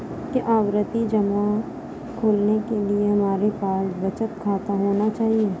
क्या आवर्ती जमा खोलने के लिए हमारे पास बचत खाता होना चाहिए?